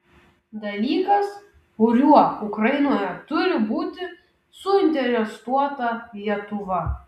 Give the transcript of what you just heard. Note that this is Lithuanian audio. dalykas kuriuo ukrainoje turi būti suinteresuota lietuva